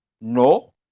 no